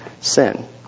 sin